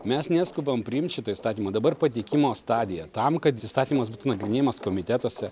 mes neskubam priimt šitą įstatymą dabar pateikimo stadiją tam kad įstatymas būtų nagrinėjamas komitetuose